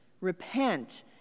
Repent